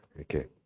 Okay